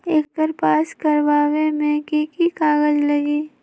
एकर पास करवावे मे की की कागज लगी?